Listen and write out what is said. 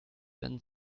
then